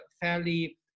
fairly